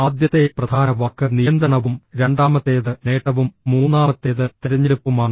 ആദ്യത്തെ പ്രധാന വാക്ക് നിയന്ത്രണവും രണ്ടാമത്തേത് നേട്ടവും മൂന്നാമത്തേത് തിരഞ്ഞെടുപ്പുമാണ്